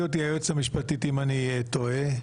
בקשה.